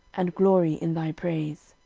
and glory in thy praise.